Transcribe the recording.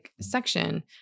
section